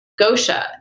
Gosha